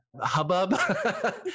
hubbub